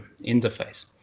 interface